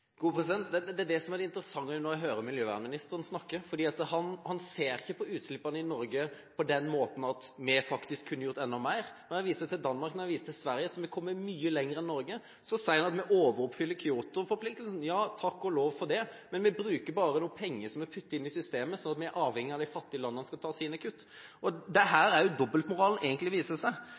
Det er det som er det interessante når jeg hører miljøvernministeren snakke, for han ser ikke på utslippene i Norge på den måten at vi faktisk kunne gjort enda mer. Men han viser til Danmark, han viser til Sverige, som har kommet mye lenger enn Norge. Så sier han at vi overoppfyller Kyoto-forpliktelsen. Ja, takk og lov for det, men vi bruker bare noen penger som er puttet inn i systemet, sånn at vi er avhengig av at de fattige landene skal ta sine kutt. Det er også her dobbeltmoralen egentlig viser seg.